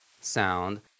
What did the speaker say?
sound